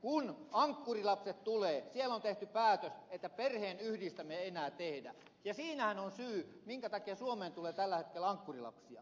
kun ankkurilapset tulevat siellä on tehty päätös että perheen yhdistämisiä ei enää tehdä ja siinähän on syy minkä takia suomeen tulee tällä hetkellä ankkurilapsia